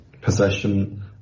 Possession